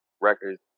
records